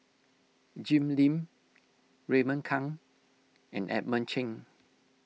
Jim Lim Raymond Kang and Edmund Cheng